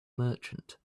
merchant